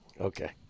Okay